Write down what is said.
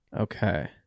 Okay